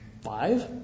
Five